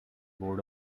bored